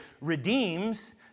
redeems